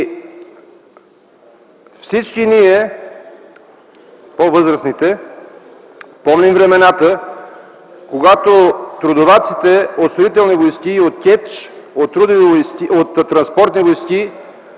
всички ние, по-възрастните, помним времената, когато трудоваците от Строителни войски и от КЕЧ, от Транспортни войски